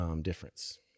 difference